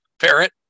parrot